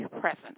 presence